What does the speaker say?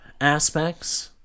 aspects